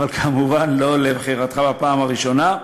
אבל כמובן לא על בחירתך בפעם הראשונה.